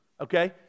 okay